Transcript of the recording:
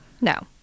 no